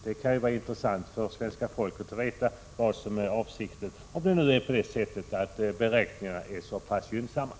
Det kan vara intressant för svenska folket att få veta vad som är avsikten, om nu beräkningarna visar att det blir så gynnsamt.